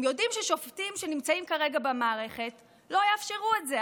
הם יודעים ששופטים שנמצאים כרגע במערכת לא יאפשרו את זה.